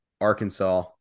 Arkansas